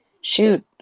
shoot